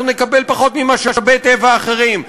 אנחנו נקבל פחות ממשאבי טבע אחרים.